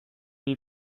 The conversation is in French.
est